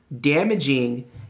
Damaging